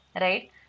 right